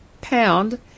pound